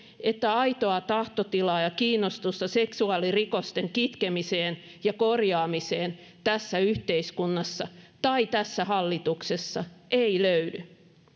että aitoa tahtotilaa ja kiinnostusta seksuaalirikosten kitkemiseen ja korjaamiseen tässä yhteiskunnassa tai tässä hallituksessa ei löydy